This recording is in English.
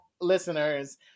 Listeners